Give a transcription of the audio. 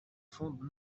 fond